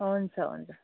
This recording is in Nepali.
हुन्छ हुन्छ